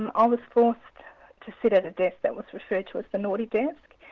and i was forced to sit at a desk that was referred to as the naughty desk,